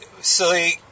silly